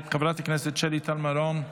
חברת הכנסת שלי טל מירון,